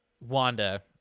Wanda